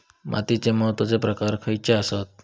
मातीचे महत्वाचे प्रकार खयचे आसत?